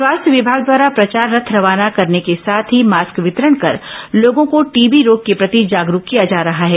स्वास्थ्य विभाग द्वारा प्रचार रथ रवाना करने के साथ ही मास्क वितरण कर लोगों को टीबी रोग के प्रति जागरूक किया जा रहा है